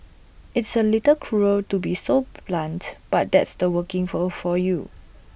it's A little cruel to be so blunt but that's the working world for you